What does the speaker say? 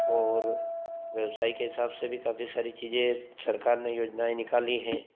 और व्यवसाय के हिसाब से भी काफी सारी चीज़ें हैं सरकार ने योजनाएँ निकाल ली है